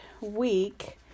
week